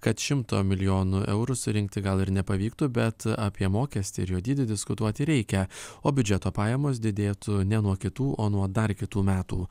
kad šimto milijonų eurų surinkti gal ir nepavyktų bet apie mokestį ir jo dydį diskutuoti reikia o biudžeto pajamos didėtų ne nuo kitų o nuo dar kitų metų